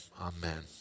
Amen